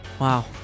Wow